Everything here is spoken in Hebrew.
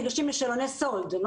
ניגשים לשאלוני סאלד.